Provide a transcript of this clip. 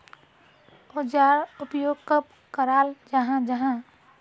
औजार उपयोग कब कराल जाहा जाहा?